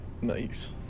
Nice